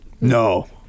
No